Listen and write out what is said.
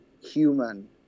human